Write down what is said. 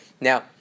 Now